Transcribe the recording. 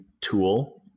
tool